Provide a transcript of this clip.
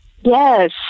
Yes